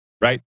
right